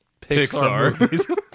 Pixar